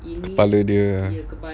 kepala dia ah